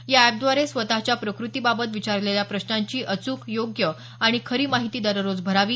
याएपद्वारे स्वतच्या प्रकृतीबाबत विचारलेल्या प्रश्नांची अचूक योग्य आणि खरी माहिती दररोज भरावी